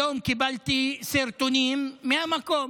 היום קיבלתי סרטונים מהמקום.